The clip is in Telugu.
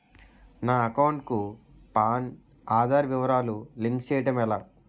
నా అకౌంట్ కు పాన్, ఆధార్ వివరాలు లింక్ చేయటం ఎలా?